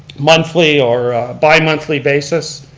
monthly or bimonthly basis.